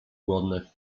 głodny